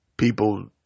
People